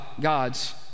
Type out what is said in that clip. god's